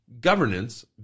governance